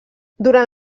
durant